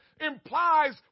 implies